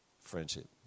friendship